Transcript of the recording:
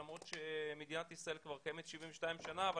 למרות שמדינת ישראל כבר קיימת 72 שנים אבל